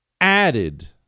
Added